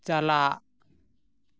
ᱪᱟᱞᱟᱜ